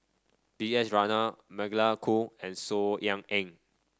B S Rajhans Magdalene Khoo and Saw Ean Ang